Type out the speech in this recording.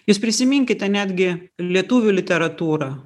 jūs prisiminkite netgi lietuvių literatūrą